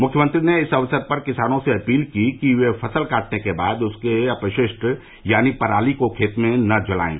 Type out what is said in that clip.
मुख्यमंत्री ने इस अवसर पर किसानों से अपील की कि वे फसल काटने के बाद उसके अपशिष्ट यानी पराली को खेत में न जलायें